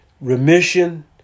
remission